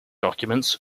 documents